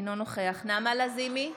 אינו נוכח נעמה לזימי,